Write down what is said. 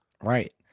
Right